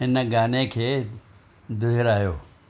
हिन गाने खे दोहिरायो